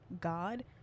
god